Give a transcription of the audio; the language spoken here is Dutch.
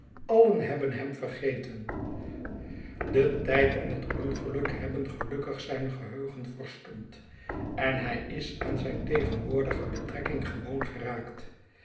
alien hebben hem vergeten de tijd en het ongeluk hebben gelukkig zijn geheugen verstompt en hij is aan zijn tegenwoordige betrekking gewoon geraakt